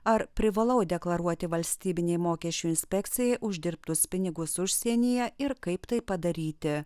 ar privalau deklaruoti valstybinei mokesčių inspekcijai uždirbtus pinigus užsienyje ir kaip tai padaryti